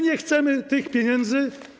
Nie chcemy tych pieniędzy.